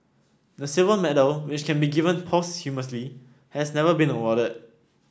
the silver medal which can be given posthumously has never been awarded